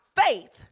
faith